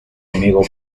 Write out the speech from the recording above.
amigo